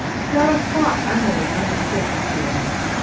sara thought emily understood her feelings,